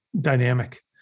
dynamic